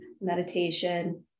meditation